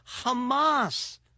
Hamas